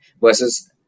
versus